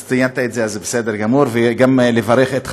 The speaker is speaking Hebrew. אז ציינת את זה, בסדר גמור, וגם לברך את חברי,